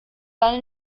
dann